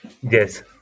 Yes